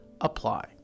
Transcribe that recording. apply